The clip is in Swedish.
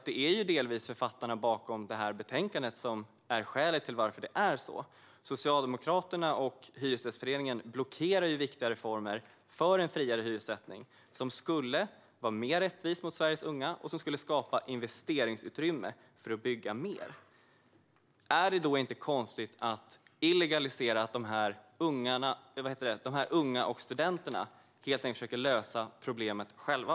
Det är delvis författarna bakom detta betänkande som är skälet till att det är så. Socialdemokraterna och Hyresgästföreningen blockerar viktiga reformer för en friare hyressättning som skulle vara mer rättvis mot Sveriges unga och som skulle skapa investeringsutrymme för att bygga mer. Är det då inte konstigt att illegalisera att unga och studenter helt enkelt försöker lösa problemet själva?